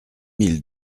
mille